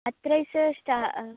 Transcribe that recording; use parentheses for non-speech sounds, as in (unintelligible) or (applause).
(unintelligible)